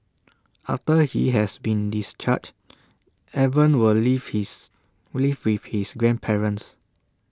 after he has been discharged Evan will live his live with his grandparents